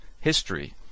history